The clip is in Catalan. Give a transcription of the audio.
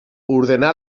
ordenar